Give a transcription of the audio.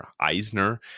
Eisner